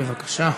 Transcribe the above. בבקשה.